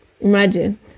Imagine